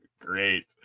great